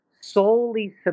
solely